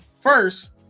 First